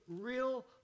real